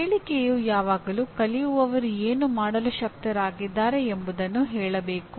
ಹೇಳಿಕೆಯು ಯಾವಾಗಲೂ ಕಲಿಯುವವರು ಏನು ಮಾಡಲು ಶಕ್ತರಾಗಿದ್ದಾರೆ ಎಂಬುದನ್ನು ಹೇಳಬೇಕು